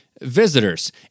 visitors